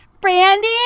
Brandy